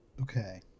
Okay